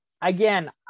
Again